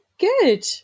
good